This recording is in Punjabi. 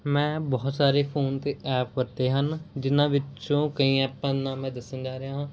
ਮੈਂ ਬਹੁਤ ਸਾਰੇ ਫੋਨ 'ਤੇ ਐਪ ਵਰਤੇ ਹਨ ਜਿਹਨਾਂ ਵਿੱਚੋਂ ਕਈ ਆਪਾਂ ਦੇ ਨਾਂ ਮੈਂ ਦੱਸਣ ਜਾ ਰਿਹਾ